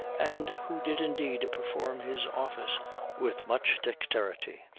and who did indeed perform his office with much dexterity.